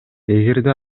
эгерде